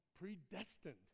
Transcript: Predestined